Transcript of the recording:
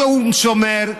שום שומר,